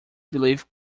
belief